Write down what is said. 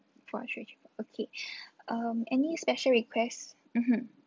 four three three okay um any special requests mmhmm